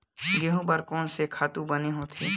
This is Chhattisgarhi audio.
गेहूं बर कोन से खातु बने होथे?